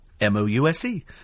M-O-U-S-E